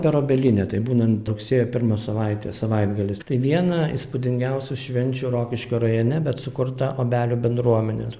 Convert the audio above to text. per obelinę tai būnant rugsėjo pirmą savaitę savaitgalis tai viena įspūdingiausių švenčių rokiškio rajone bet sukurta obelių bendruomenės